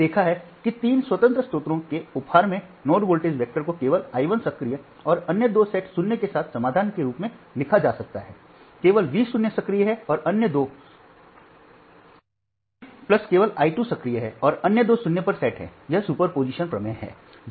हमने देखा है कि तीन स्वतंत्र स्रोतों के उपहार में नोड वोल्टेज वेक्टर को केवल I 1 सक्रिय और अन्य दो सेट 0 के साथ समाधान के रूप में लिखा जा सकता हैकेवल V 0 सक्रिय है और अन्य दो 0 केवल I 2 सक्रिय हैं और अन्य दो 0 पर सेट हैं यह सुपरपोजिशन प्रमेय है